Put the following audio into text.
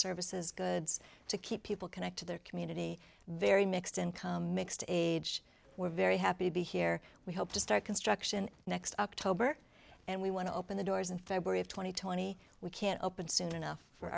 services goods to keep people connect to their community very mixed income mixed age we're very happy to be here we hope to start construction next october and we want to open the doors in february of two thousand and twenty we can't open soon enough for